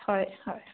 হয় হয়